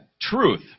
Truth